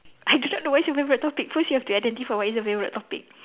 I do not know what is your favourite topic first you have to identify what is your favourite topic